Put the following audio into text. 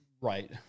Right